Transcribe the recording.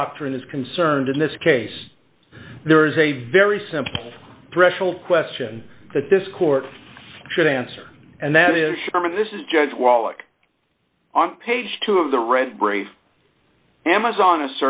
doctrine is concerned in this case there is a very simple threshold question that this court should answer and that is term of this is judge wallach on page two of the read brief amazon